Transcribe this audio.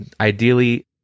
Ideally